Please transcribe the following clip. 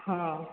ହଁ